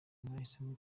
bahisemo